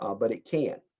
um but it can.